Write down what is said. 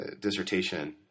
dissertation